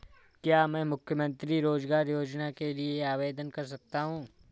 क्या मैं मुख्यमंत्री रोज़गार योजना के लिए आवेदन कर सकता हूँ?